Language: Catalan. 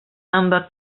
amb